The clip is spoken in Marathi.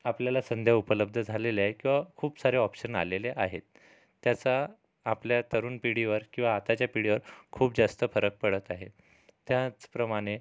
आपल्याला संधी उपलब्ध झालेल्या आहे किंवा खूप सारे ऑप्शन आलेले आहेत त्याचा आपल्या तरुण पिढीवर किंवा आताच्या पिढीवर खूप जास्त फरक पडत आहे त्याचप्रमाणे